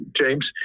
james